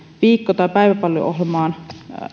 viikko tai päiväpalveluohjelmaan